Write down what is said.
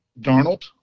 Darnold